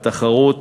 התחרות,